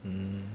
mm